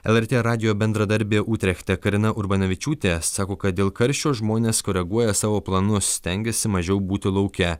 lrt radijo bendradarbė utrechtė karina urbanavičiūtė sako kad dėl karščio žmonės koreguoja savo planus stengiasi mažiau būti lauke